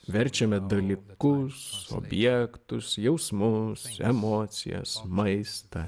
verčiame dalykus objektus jausmus emocijas maistą